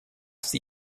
sie